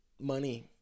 money